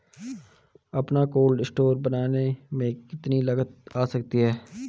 अपना cold store बनाने में कितनी लागत आ जाती है?